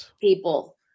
people